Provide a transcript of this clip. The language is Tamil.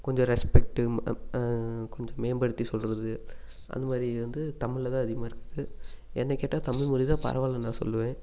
கொஞ்சம் ரெஸ்பெக்ட்டு கொஞ்சம் மேம்படுத்தி சொல்லுறது அந்த மாதிரி வந்து தமிழில் தான் அதிகமாக இருக்குது என்ன கேட்டா தமிழ்மொழி தான் பரவாயில்லன்னு நான் சொல்லுவேன்